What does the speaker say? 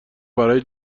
برای